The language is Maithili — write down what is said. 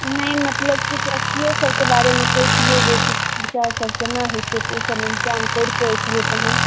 नहि मतलब किछु अथियो सभके बारेमे कहितियै जे किछु विचारसभ केना होइतै तऽ ओसभ इन्तजाम करि कऽ अबितियै तखन